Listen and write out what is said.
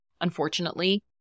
unfortunately